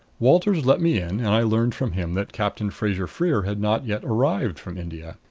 walters let me in, and i learned from him that captain fraser-freer had not yet arrived from india.